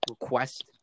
request